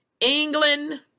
England